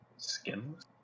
Skinless